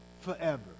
forever